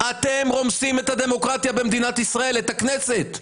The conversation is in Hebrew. אתם רומסים את הדמוקרטיה במדינת ישראל, את הכנסת.